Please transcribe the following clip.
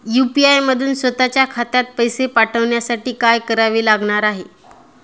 UPI मधून स्वत च्या खात्यात पैसे पाठवण्यासाठी काय करावे लागणार आहे?